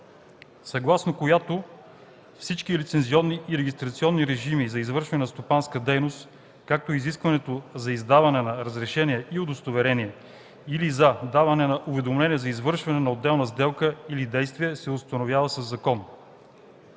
съгласно която всички лицензионни и регистрационни режими за извършване на стопанска дейност, както и изискването за издаване на разрешение и удостоверение или за даване на уведомление за извършване на отделна сделка или действие, се установява със закон.